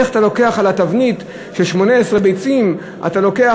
איך אתה לוקח על תבנית של 18 ביצים 25